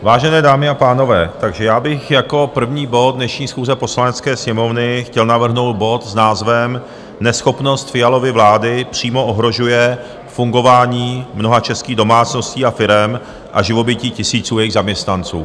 Vážené dámy a pánové, já bych jako první bod dnešní schůze Poslanecké sněmovny chtěl navrhnout bod s názvem Neschopnost Fialovy vlády přímo ohrožuje fungování mnoha českých domácností a firem a živobytí tisíců jejich zaměstnanců.